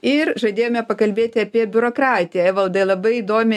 ir žadėjome pakalbėti apie biurokratiją evaldai labai įdomiai